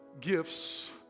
gifts